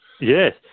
Yes